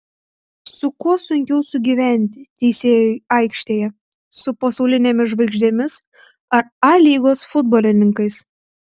su kuo sunkiau sugyventi teisėjui aikštėje su pasaulinėmis žvaigždėmis ar a lygos futbolininkais